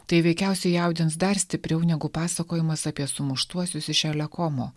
tai veikiausiai jaudins dar stipriau negu pasakojimas apie sumuštuosius iš elekomo